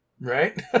Right